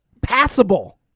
passable